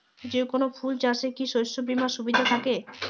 যেকোন ফুল চাষে কি শস্য বিমার সুবিধা থাকে?